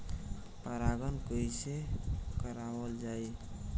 परागण कइसे करावल जाई?